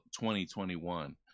2021